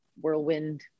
whirlwind